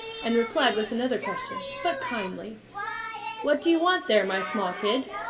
and replied with another question, but kindly what do you want there, my small kid?